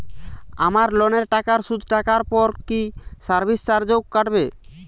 আমার লোনের টাকার সুদ কাটারপর কি সার্ভিস চার্জও কাটবে?